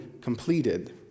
Completed